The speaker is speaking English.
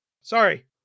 sorry